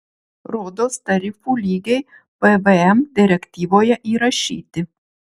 rodos tarifų lygiai pvm direktyvoje įrašyti